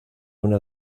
una